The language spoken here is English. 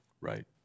right